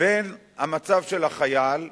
בין המצב של החייל,